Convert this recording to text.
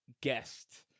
guest